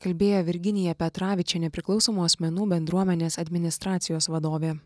kalbėjo virginija petravičienė priklausomų asmenų bendruomenės administracijos vadovė